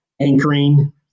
anchoring